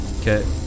Okay